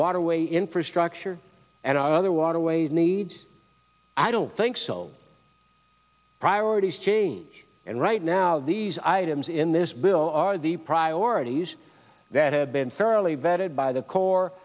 waterway infrastructure and other waterways needs i don't think so priorities change and right now these items in this bill are the priorities that have been fairly vetted by the cor